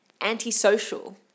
antisocial